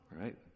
right